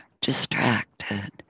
distracted